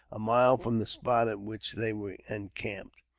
a mile from the spot at which they were encamped.